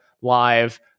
live